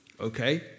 Okay